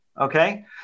Okay